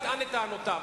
יטען את טענותיו,